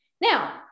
Now